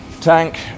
tank